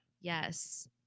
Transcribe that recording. yes